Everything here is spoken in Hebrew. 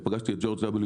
פגשתי את ג'ורג' וו.